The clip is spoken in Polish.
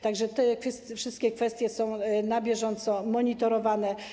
Tak że te wszystkie kwestie są na bieżąco monitorowane.